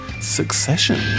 Succession